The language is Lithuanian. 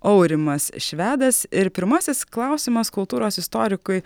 aurimas švedas ir pirmasis klausimas kultūros istorikui